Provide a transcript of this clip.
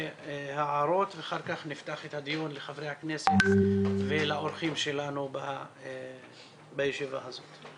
וההערות ואחר כך נפתח את הדיון לחברי הכנסת ולאורחים שלנו בישיבה הזאת.